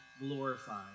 glorified